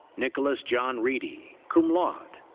nicholas john reedy, cum laude.